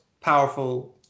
powerful